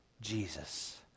Jesus